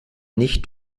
nicht